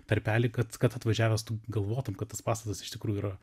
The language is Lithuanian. tarpelį kad kad atvažiavęs tu galvotum kad tas pastatas iš tikrųjų yra